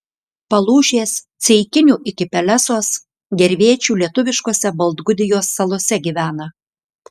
palūšės ceikinių iki pelesos gervėčių lietuviškose baltgudijos salose gyvena